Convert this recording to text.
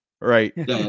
right